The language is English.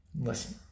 listen